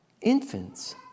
Infants